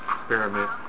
experiment